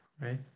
right